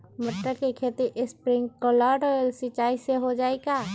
मटर के खेती स्प्रिंकलर सिंचाई से हो जाई का?